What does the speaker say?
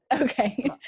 Okay